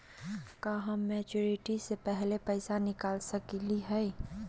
का हम मैच्योरिटी से पहले पैसा निकाल सकली हई?